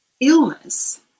illness